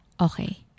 Okay